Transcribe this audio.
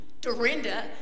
Dorinda